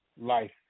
life